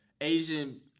Asian